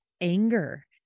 anger